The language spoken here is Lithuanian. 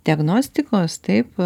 diagnostikos taip